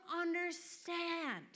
understand